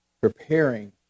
preparing